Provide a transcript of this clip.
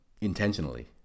intentionally